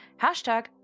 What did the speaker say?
hashtag